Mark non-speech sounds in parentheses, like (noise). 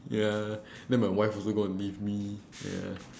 ya (breath) then my wife also going to leave me ya